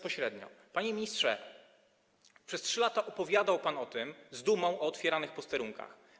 Panie ministrze, przez 3 lata opowiadał pan z dumą o otwieranych posterunkach.